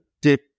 dip